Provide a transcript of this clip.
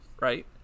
right